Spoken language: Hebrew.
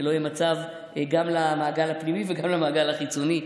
גם למעגל הפנימי וגם למעגל החיצוני,